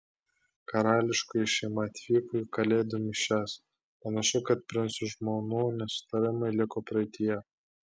karališkoji šeima atvyko į kalėdų mišias panašu kad princų žmonų nesutarimai liko praeityje